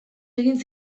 egin